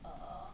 err